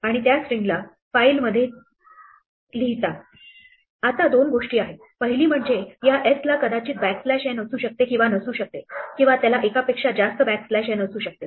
आता दोन गोष्टी आहे पहिली म्हणजे या s ला कदाचित बॅकस्लॅश n असू शकते किंवा नसू शकते किंवा त्याला एकापेक्षा जास्त बॅकस्लॅश n असू शकते